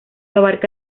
abarca